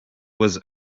was